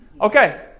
Okay